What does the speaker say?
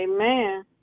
amen